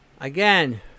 Again